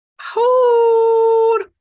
hold